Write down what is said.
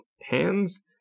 hands